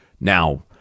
Now